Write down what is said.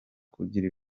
kugira